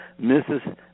Mrs